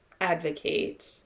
advocate